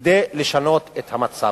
כדי לשנות את המצב.